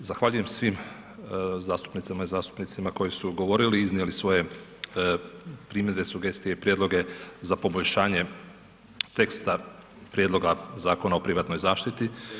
Zahvaljujem svim zastupnice i zastupnici koji su govorili i iznijeli svoje primjedbe, sugestije, prijedloge za poboljšanje teksta prijedloga Zakona o privatnoj zaštiti.